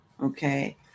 okay